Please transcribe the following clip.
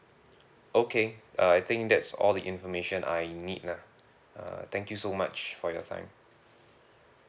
okay uh I think that's all the information I need lah uh thank you so much for your time